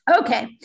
Okay